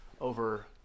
over